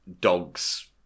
dogs